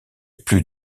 plus